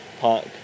Park